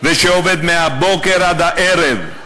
ושעובד מהבוקר עד הערב,